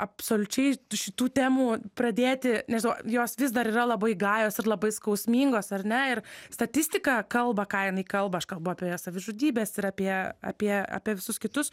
absoliučiai šitų temų pradėti nežinau jos vis dar yra labai gajos ir labai skausmingos ar ne ir statistika kalba ką jinai kalba aš kalbu apie savižudybes ir apie apie apie visus kitus